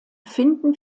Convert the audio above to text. finden